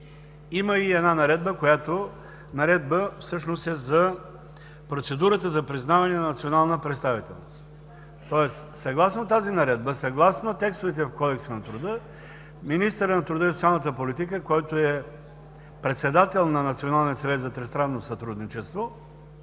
Има наредба, която всъщност е за процедурата за признаване на национална представителност. Съгласно тази наредба и съгласно текстовете от Кодекса на труда министърът на труда и социалната политика, който е председател на Националния съвет за тристранно сътрудничество,